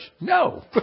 No